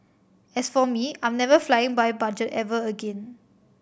as for me I'm never flying by budget ever again